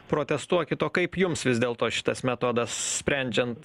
protestuokit o kaip jums vis dėlto šitas metodas sprendžiant